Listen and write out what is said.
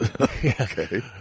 Okay